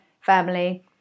family